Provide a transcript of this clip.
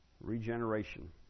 Regeneration